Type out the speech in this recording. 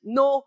no